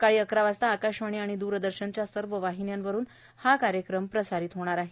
सकाळी अकरा वाजता आकाशवाणी आणि द्रदर्शनच्या सर्व वाहिन्यांवरून हा कार्यक्रम प्रसारित होणार आहे